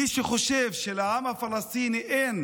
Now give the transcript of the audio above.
מי שחושב שלעם הפלסטיני אין